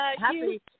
happy